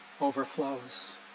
overflows